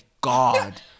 god